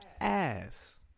Ass